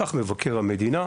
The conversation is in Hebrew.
כך מבקר המדינה,